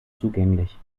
zugänglich